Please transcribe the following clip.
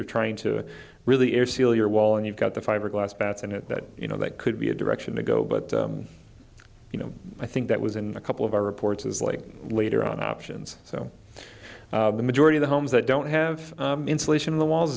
you're trying to really air seal your wall and you've got the fiberglass batts and it that you know that could be a direction to go but you know i think that was in the couple of i reports as like later on options so the majority of the homes that don't have insulation in the walls